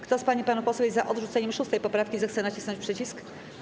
Kto z pań i panów posłów jest za odrzuceniem 6. poprawki, zechce nacisnąć przycisk.